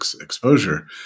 exposure